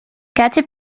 katy